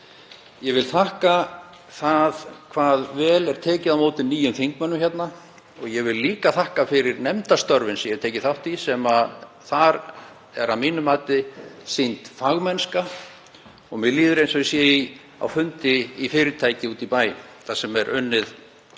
Ég vil þakka hversu vel er tekið á móti nýjum þingmönnum hérna og ég vil líka þakka fyrir nefndastörfin sem ég hef tekið þátt í. Þar er að mínu mati sýnd fagmennska og mér líður eins og ég sé á fundi í fyrirtæki úti í bæ þar sem er unnið með